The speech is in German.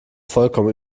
vollkommen